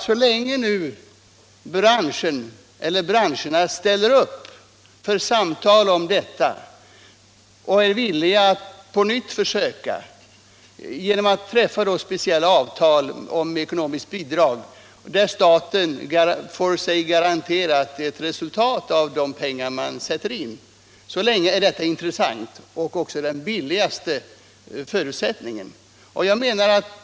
Så länge branscherna ställer upp för samtal om detta och är villiga att försöka på nytt genom att träffa speciella avtal om ekonomiskt bidrag, där staten får garanti för ett tillfredsställande produktionsresultat med anledning av att den skjutit till pengar, är detta intressant. Det är också den billigaste vägen.